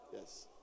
Yes